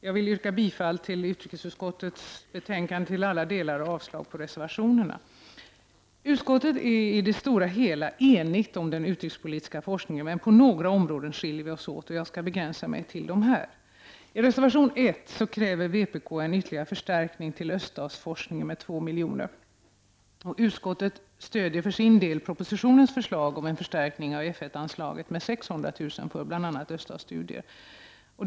Jag yrkar bifall till utrikesutskottets hemställan i alla delar och avslag på reservationerna. Utskottets ledamöter är i det stora hela eniga om den utrikespolitiska forskningen, men på några områden skiljer vi oss åt. Jag begränsar mig till dem. I reservation 1 kräver vpk en ytterligare förstärkning till öststatsforskningen med 2 miljoner. Utskottet stöder för sin del förslaget i propositionen om en förstärkning av F 1-anslaget med 600 000 kr. för bl.a. öststatsstudier.